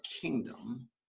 kingdom